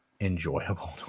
enjoyable